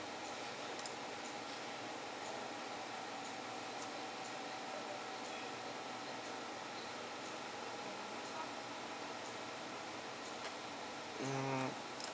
mm